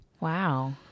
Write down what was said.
Wow